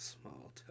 small